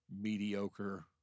mediocre